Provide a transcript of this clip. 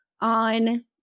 on